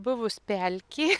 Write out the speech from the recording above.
buvus pelkė